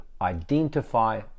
identify